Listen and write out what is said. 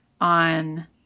on